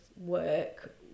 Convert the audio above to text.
work